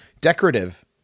decorative